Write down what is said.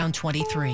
23